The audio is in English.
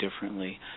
differently